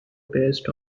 based